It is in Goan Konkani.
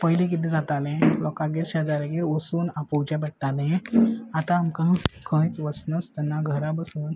पयली कितें जाताले लोकगेर शेजारेगेर वचून आपोवचे पडटाले आतां आमकां खंयच वचनासतना घरा बसून